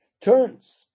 turns